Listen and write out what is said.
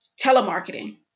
telemarketing